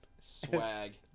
Swag